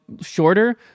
shorter